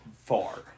far